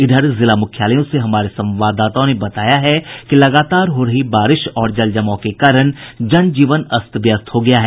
इधर जिला मुख्यालयों से हमारे संवाददाताओं ने खबर दी है कि लगातार हो रही बारिश और जल जमाव के कारण जन जीवन अस्त व्यस्त हो गया है